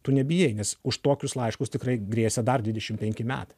tu nebijai nes už tokius laiškus tikrai grėsė dar dvidešim penki metų